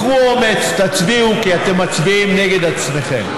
קחו אומץ, תצביעו, כי אתם מצביעים נגד עצמכם.